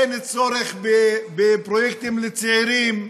אין צורך בפרויקטים לצעירים.